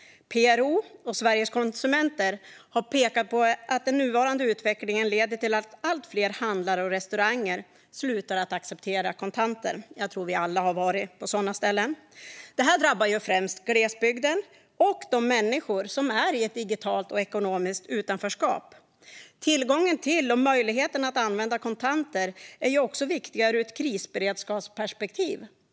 PRO och Sveriges Konsumenter har pekat på att den nuvarande utvecklingen leder till att allt fler handlare och restauranger slutar att acceptera kontanter. Jag tror att vi alla har varit på sådana ställen. Detta drabbar främst glesbygden och de människor som är i ett digitalt och ekonomiskt utanförskap. Tillgången till och möjligheten att använda kontanter är också viktig ur ett krisberedskapsperspektiv.